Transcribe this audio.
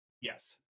Yes